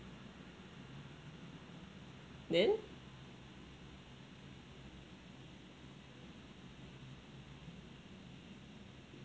then